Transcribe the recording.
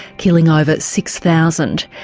killing over six thousand,